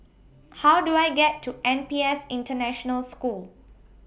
How Do I get to N P S International School